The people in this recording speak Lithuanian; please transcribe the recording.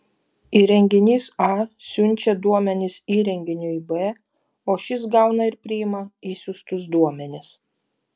įrenginys a siunčia duomenis įrenginiui b o šis gauna ir priima išsiųstus duomenis